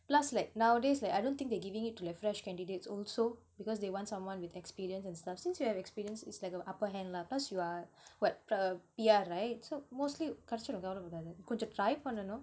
plus like nowadays like I don't think they giving it to like fresh candidates also because they want someone with experience and stuff since you have experience its like a upper hand lah plus you are what pr~ P_R right so mostly கடச்சுரும் கவலப்படாத கொஞ்ச:kadachurum kavalappadaatha konja try பண்ணனும்:pannanum